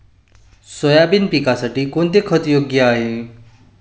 Soybean पिकासाठी कोणते खत योग्य आहे?